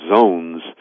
zones